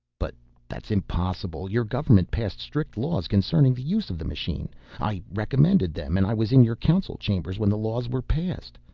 but that's impossible. your government passed strict laws concerning the use of the machine i recommended them and i was in your council chambers when the laws were passed.